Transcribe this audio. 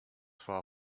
far